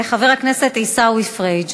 וחבר הכנסת עיסאווי פריג'.